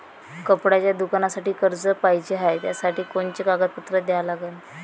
कपड्याच्या दुकानासाठी कर्ज पाहिजे हाय, त्यासाठी कोनचे कागदपत्र द्या लागन?